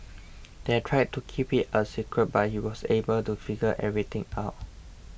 they tried to keep it a secret but he was able to figure everything out